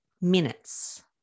minutes